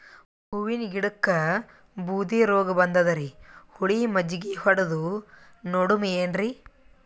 ಹೂವಿನ ಗಿಡಕ್ಕ ಬೂದಿ ರೋಗಬಂದದರಿ, ಹುಳಿ ಮಜ್ಜಗಿ ಹೊಡದು ನೋಡಮ ಏನ್ರೀ?